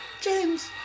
James